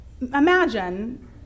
Imagine